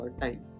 time